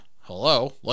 hello